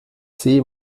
sehe